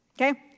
Okay